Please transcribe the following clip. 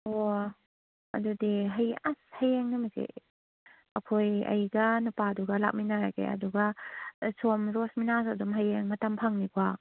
ꯑꯣ ꯑꯗꯨꯗꯤ ꯍꯌꯦꯡ ꯑꯁ ꯍꯌꯦꯡ ꯅꯨꯃꯤꯠꯁꯤ ꯑꯩꯈꯣꯏ ꯑꯩꯒ ꯅꯨꯄꯥꯗꯨꯒ ꯂꯥꯛꯃꯤꯟꯅꯔꯒꯦ ꯑꯗꯨꯒ ꯁꯣꯝ ꯔꯣꯁꯃꯤꯅꯥꯁꯨ ꯑꯗꯨꯝ ꯍꯌꯦꯡ ꯃꯇꯝ ꯐꯪꯅꯤꯀꯣ